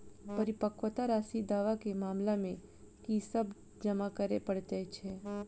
परिपक्वता राशि दावा केँ मामला मे की सब जमा करै पड़तै छैक?